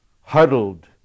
huddled